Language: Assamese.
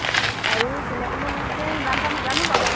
আৰু কোনে কোনে লৈছে ইমান এটা নাজানো বাৰু